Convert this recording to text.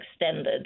extended